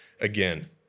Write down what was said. again